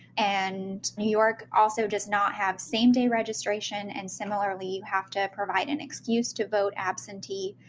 and new york also does not have same day registration, and similarly, you have to provide an excuse to vote absentee,